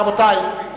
רבותי,